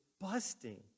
busting